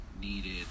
Needed